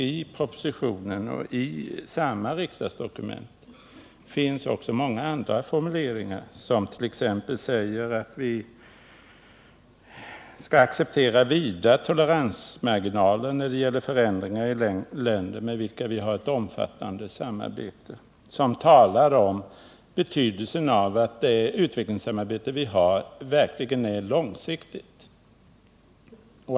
I propositionen och i utskottsbetänkandet finns många andra formuleringar, t.ex. formuleringen att vi skall ha vida toleransmarginaler när det gäller förändringar i länder med vilka vi har ett omfattande samarbete, eller formuleringen om betydelsen av att det utvecklingssamarbete vi har verkligen är långsiktigt.